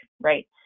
right